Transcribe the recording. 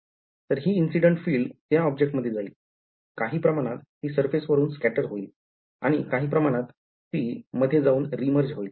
तर हि incident field त्या object मध्ये जाईल काही प्रमाणात ती surface वरून स्कॅटर होईल आणि काही प्रमाणात ती मध्ये जाऊन reemerge होईल